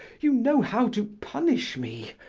you know how to punish me.